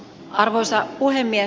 arvoisa puhemies